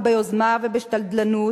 ביוזמה ובשתדלנות,